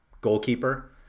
goalkeeper